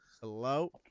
hello